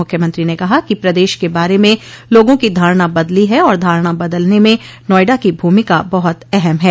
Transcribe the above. मुख्यमंत्री ने कहा कि प्रदेश के बारे में लोगों की धारणा बदली है और धारणा बदलने में नोएडा की भूमिका बहुत अहम है